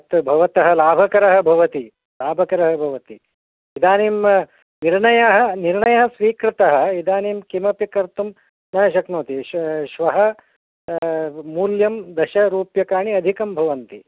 अस्तु भवतः लाभकरः भवति लाभकरः भवति इदानीं निर्णयः निर्णयः स्वीकृतः इदानीं किमपि कर्तुं न शक्नोति श्व श्वः मूल्यं दशरुप्यकाणि अधिकं भवन्ति